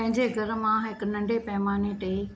पंहिंजे घरु मां हिकु नंढे पैमाने ते